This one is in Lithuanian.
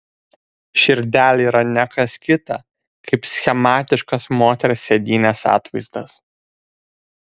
širdelė yra ne kas kita kaip schematiškas moters sėdynės atvaizdas